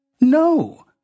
No